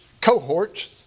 cohorts